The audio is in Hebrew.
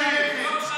דרעי.